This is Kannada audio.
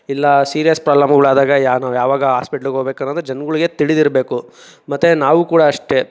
ಇಲ್ಲ ಸೀರಿಯಸ್ ಪ್ರಾಬ್ಲಮ್ಗಳಾದಾಗ ಯಾ ನಾವು ಯಾವಾಗ ಹಾಸ್ಪೆಟ್ಲಿಗೆ ಹೋಗ್ಬೇಕನ್ನೋದು ಜನ್ಗಳಿಗೆ ತಿಳಿದಿರಬೇಕು ಮತ್ತು ನಾವು ಕೂಡ ಅಷ್ಟೇ